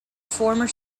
former